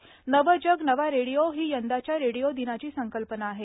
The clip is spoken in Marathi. नवं जग नवा रेडिओ ही यंदाच्या रेडिओ दिनाची संकल्पना आहे